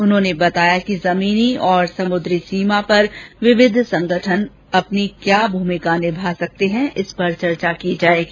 उन्होंने बताया कि जमीनी और समुद्री सीमा पर विविध संगठन अपनी क्या भूमिका निभा सकते हैं इस पर चर्चा की जाएगी